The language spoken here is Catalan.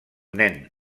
nen